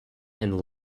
and